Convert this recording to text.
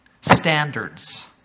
standards